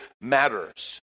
matters